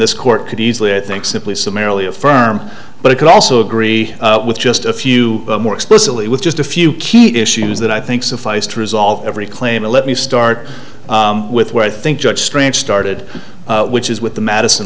this court could easily i think simply summarily affirm but it could also agree with just a few more explicitly with just a few key issues that i think suffice to resolve every claim let me start with where i think judge strange started which is with the madison